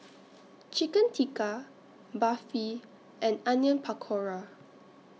Chicken Tikka Barfi and Onion Pakora